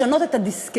לשנות את הדיסקט.